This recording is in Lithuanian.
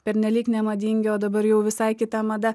pernelyg nemadingi o dabar jau visai kita mada